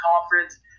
Conference